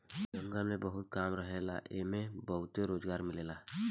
जंगल में बहुत काम रहेला एइमे बहुते रोजगार मिलेला